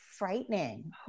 frightening